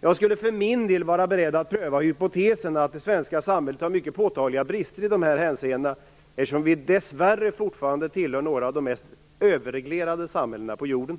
Jag skulle för min del vara beredd att pröva hypotesen att det svenska samhället har mycket påtagliga brister i de här hänseendena, eftersom vi dess värre fortfarande är ett bland några av de mest överreglerade samhällena på jorden.